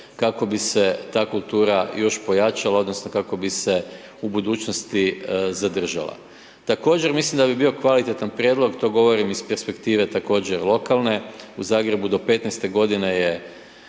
kako bi se ta kultura još pojačala, odnosno kako bi se u budućnosti zadržala. Također mislim da bi bio kvalitetan prijedlog, to govorim iz perspektive također lokalne, u Zagrebu do 15. godine je